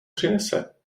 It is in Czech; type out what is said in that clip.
přinese